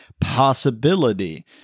possibility